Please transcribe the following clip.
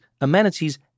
amenities